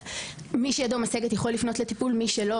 מי שידו משגת יכול לפנות לטיפול, מי שלא